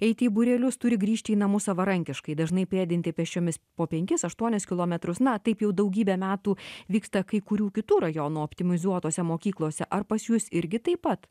eiti į būrelius turi grįžti į namus savarankiškai dažnai pėdinti pėsčiomis po penkis aštuonis kilometrus na taip jau daugybę metų vyksta kai kurių kitų rajonų optimizuotuose mokyklose ar pas jus irgi taip pat